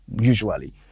usually